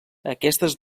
aquestes